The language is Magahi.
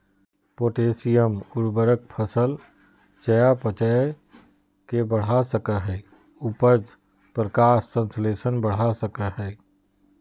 पोटेशियम उर्वरक फसल चयापचय के बढ़ा सकई हई, उपज, प्रकाश संश्लेषण बढ़ा सकई हई